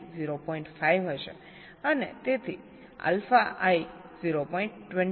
5 હશે અને તેથી આલ્ફા આઇ 0